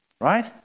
right